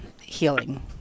healing